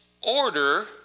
order